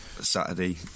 Saturday